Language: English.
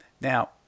Now